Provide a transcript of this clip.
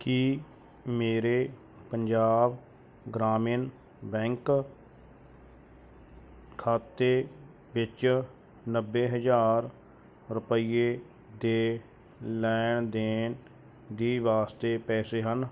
ਕੀ ਮੇਰੇ ਪੰਜਾਬ ਗ੍ਰਾਮੀਨ ਬੈਂਕ ਖਾਤੇ ਵਿੱਚ ਨੱਬੇ ਹਜ਼ਾਰ ਰੁਪਈਏ ਦੇ ਲੈਣ ਦੇਣ ਦੇ ਵਾਸਤੇ ਪੈਸੇ ਹਨ